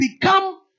become